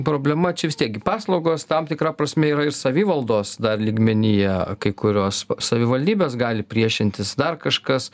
problema čia vis tiek gi paslaugos tam tikra prasme yra ir savivaldos dar lygmenyje kai kurios savivaldybės gali priešintis dar kažkas